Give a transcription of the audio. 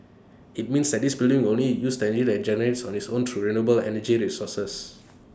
IT means that this building will only use the energy that IT generates on its own through renewable energy sources